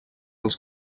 als